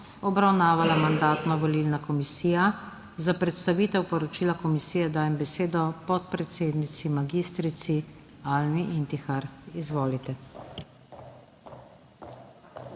obravnavala Mandatno-volilna komisija. Za predstavitev poročila komisije dajem besedo podpredsednici mag. Almi Intihar. Izvolite.